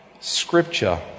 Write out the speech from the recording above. Scripture